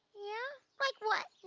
yeah? like what?